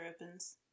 opens